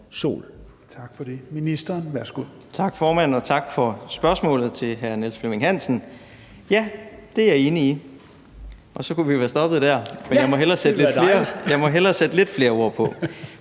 Erhvervsministeren (Simon Kollerup): Tak formand, og tak for spørgsmålet fra hr. Niels Flemming Hansen. Ja, det er jeg enig i. Og så kunne vi være stoppet der, men jeg må hellere sætte lidt flere ord på,